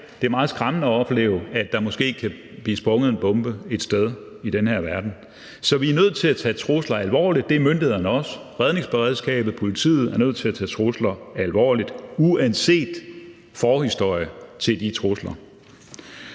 Det er meget skræmmende at opleve, at der måske kan blive sprunget en bombe et sted i den her verden. Så vi er nødt til at tage trusler alvorligt, og det er myndighederne også. Redningsberedskabet, politiet er nødt til at tage trusler alvorligt uanset forhistorien til de trusler.